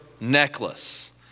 necklace